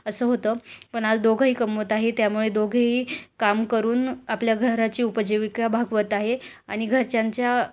असं होतं पण आज दोघंही कमवत आहे त्यामुळे दोघेही काम करून आपल्या घराची उपजीविका भागवत आहे आणि घरच्यांच्या